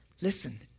Listen